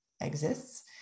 exists